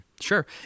Sure